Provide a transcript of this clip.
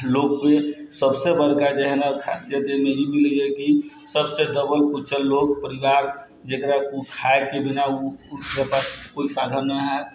लोग सभसँ बड़का जे खासियत जे ई लगैय कि सभसँ दबल कुचल लोग परिवार जकरा किछु खाइके भी नहि कोइ साधन नहि हय